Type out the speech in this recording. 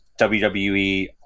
WWE